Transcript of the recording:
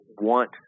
want